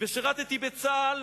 ושירתי בצה"ל